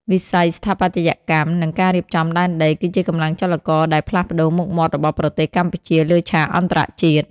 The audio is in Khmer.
វិស័យស្ថាបត្យកម្ម និងការរៀបចំដែនដី គឺជាកម្លាំងចលករដែលផ្លាស់ប្តូរមុខមាត់របស់ប្រទេសកម្ពុជាលើឆាកអន្តរជាតិ។